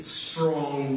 strong